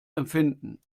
empfinden